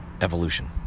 evolution